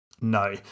No